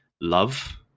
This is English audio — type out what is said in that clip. love